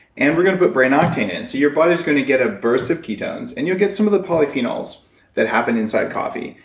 and we're gonna put brain octane in, so your body is gonna get a burst of ketones, and you'll get some of the polyphenols that happen inside coffee.